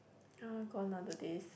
ah gone are the days